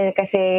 kasi